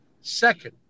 Second